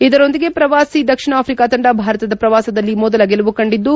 ಇದರೊಂದಿಗೆ ಪ್ರವಾಸಿ ದಕ್ಷಿಣ ಆಫ್ರಿಕಾ ತಂಡ ಭಾರತದ ಪ್ರವಾಸದಲ್ಲಿ ಮೊದಲ ಗೆಲುವು ಕಂಡಿದ್ದು